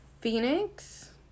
Phoenix